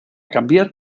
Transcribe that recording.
cambiar